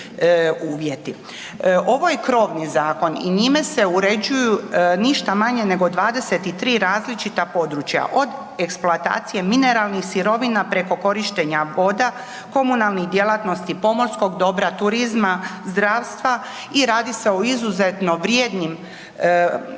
Ovo je krovni zakon i njime se uređuju ništa manje nego 23 različita područja, od eksploatacije mineralnih sirovina preko korištenja voda, komunalnih djelatnosti, pomorskog dobra, turizma, zdravstva i radi se o izuzetno vrijedim resursima